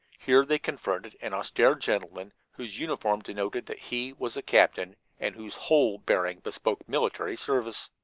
here they confronted an austere gentleman whose uniform denoted that he was a captain, and whose whole bearing bespoke military service.